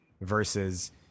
Versus